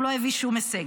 הוא לא הביא שום הישג.